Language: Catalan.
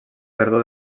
perdó